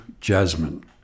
jasmine